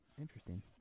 Interesting